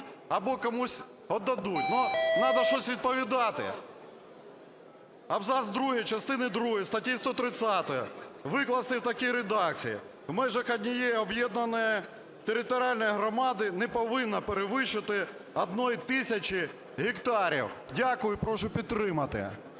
або комусь віддадуть. Треба щось відповідати. Абзац другий частини другої статті 130 викласти в такій редакції: "У межах однієї об'єднаної територіальної громади не повинна перевищувати 1 тисячі гектарів". Дякую і прошу підтримати.